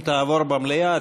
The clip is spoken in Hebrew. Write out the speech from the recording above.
אם תעבור במליאה,